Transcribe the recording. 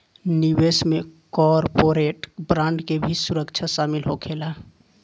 निवेश में corporate bond के भी सुरक्षा शामिल होखेला